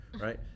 right